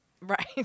Right